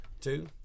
Two